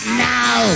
now